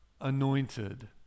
anointed